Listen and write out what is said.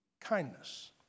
Kindness